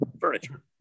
furniture